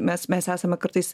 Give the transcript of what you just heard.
mes mes esame kartais